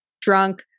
drunk